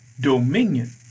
dominion